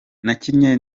nakinnye